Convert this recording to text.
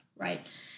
Right